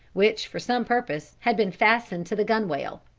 which for some purpose had been fastened to the gunwale.